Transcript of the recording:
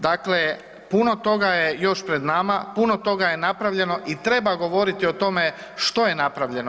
Dakle, puno toga je još pred nama, puno toga je napravljeno i treba govoriti o tome što je napravljeno.